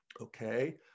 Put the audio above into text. Okay